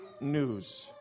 news